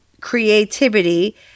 creativity